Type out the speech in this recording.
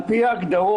על פי ההגדרות,